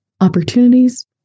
opportunities